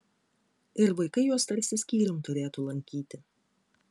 ir vaikai juos tarsi skyrium turėtų lankyti